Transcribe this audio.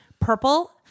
purple